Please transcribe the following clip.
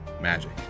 magic